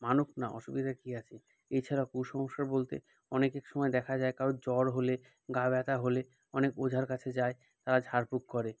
মানুক না অসুবিধা কী আছে এছাড়া কুসংস্কার বলতে অনেক সময় দেখা যায় কারোর জ্বর হলে গায়ে ব্যথা হলে অনেক ওঝার কাছে যায় তারা ঝাড়ফুঁক করে